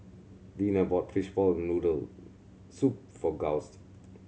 Lena bought fishball noodle soup for Gust